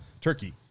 turkey